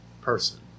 person